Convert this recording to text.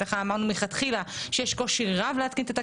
אם יש צורך, למה לא מיישמים אותו גם בייבוא?